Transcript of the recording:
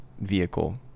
vehicle